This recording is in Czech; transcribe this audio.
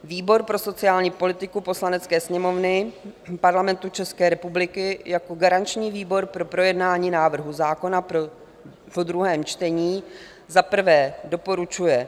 Výbor pro sociální politiku Poslanecké sněmovny Parlamentu České republiky jako garanční výbor po projednání návrhu zákona po druhém čtení za prvé doporučuje